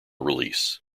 release